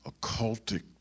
occultic